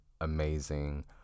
amazing